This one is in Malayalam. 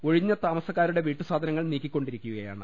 ഒഴിഞ്ഞ താമസക്കാരുടെ വീട്ടുസാധനങ്ങൾ നീക്കിക്കൊണ്ടിരിക്കുകയാണ്